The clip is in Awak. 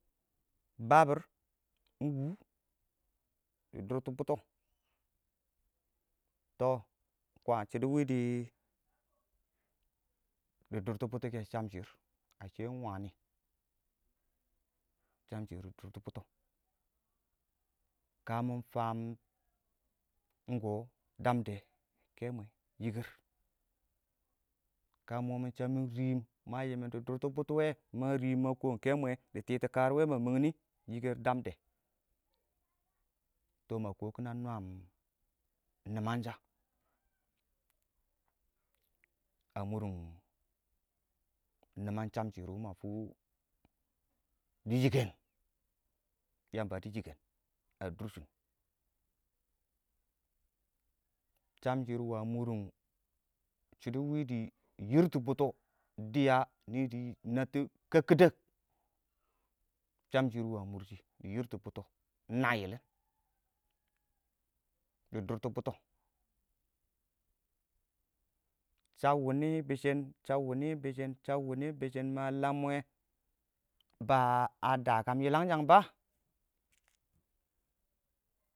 babir ingwʊ dɪ dʊrtɔ bʊtɔ, tɔ ingkwaan shɪidɛ wɪdɪ dʊrtɔ bʊtɔkɛ ingsham shɪrr ingwani shamshɪr dɪ dʊrtɔ bʊtɔ kə mɪ faam damdɔ kɛmwɛ yikər, kə momi shab mɪ riim ma yiim dɪ dʊrt butaweɔ wɛ ma riim ma kɔɔ kɛmwɔ dɪ titɔ kar wɔ ma mangni? yikər damde tɔ ma kɔɔ kɪ nwaam nimangsha, a mʊrrʊn nimang shamshɪr wɔ ma fu dɪ yikən, yamba dɪ yikən a dərshin shamshɪr wa mʊrrʊn dɪya nɪ dɪ nattɔ kəkkid5k shamshɪr wa mʊrshi dɪ yirtʊ bʊtɔ ingna yɪlɪn dɪ dʊrtɔ bʊtɔ shab wini bɪshɪn shab wini bɪshɪn shab wini bɪshɪn ma lamwe ba'a dakan yilangshang ba